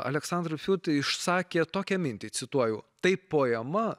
aleksandr fiut išsakė tokią mintį cituoju tai poema